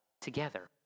together